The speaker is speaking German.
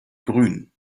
grün